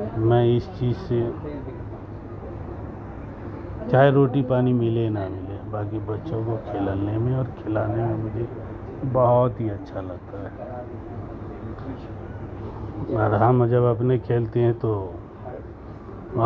میں اس چیز سے چاہے روٹی پانی ملے نہ ملے باقی بچوں کو کھللنے میں اور کھلانے میں مجھے بہت ہی اچھا لگتا ہے اور ہم جب اپنے کھیلتے ہیں تو